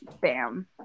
Bam